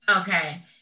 Okay